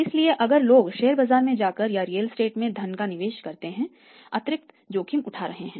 इसलिए अगर लोग शेयर बाजार में जाकर या रियल एस्टेट में धन का निवेश करके अतिरिक्त जोखिम उठा रहे हैं